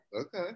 Okay